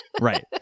Right